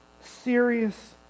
Serious